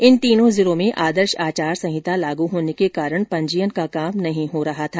इन तीनो जिलों में आदर्श आचार संहिता लागू होने के कारण पंजीयन का काम नही हो रहा था